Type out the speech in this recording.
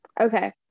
Okay